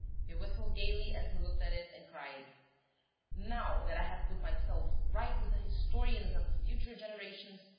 he whistled gaily as he looked at it and cried now that i have put myself right with the historians of the future generations,